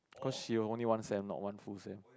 because she only one sem not one full sem